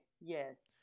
Yes